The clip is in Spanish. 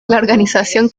organización